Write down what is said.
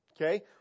Okay